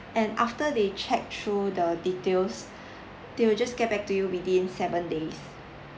and after they check through the details they will just get back to you within seven days